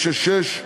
26(13)